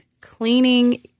cleaning